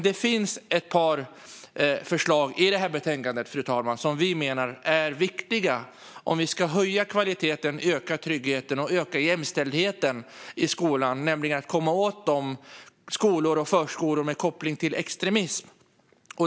Det finns dock ett par förslag i det här betänkandet, fru talman, som vi menar är viktiga om vi ska höja kvaliteten, öka tryggheten och öka jämställdheten i skolan. Det handlar om att komma åt skolor och förskolor med koppling till extremism.